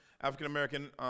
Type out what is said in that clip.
African-American